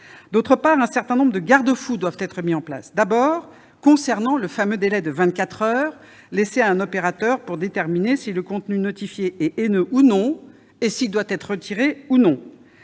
second lieu, un certain nombre de garde-fous doivent être mis en place. D'abord, il y a le fameux délai de vingt-quatre heures laissé à un opérateur pour déterminer si le contenu notifié est haineux ou non, et s'il doit être retiré ou non.